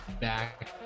back